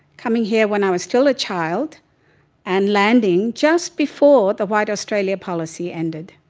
coming here when i was still a child and landing just before the white australia policy ended.